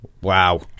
Wow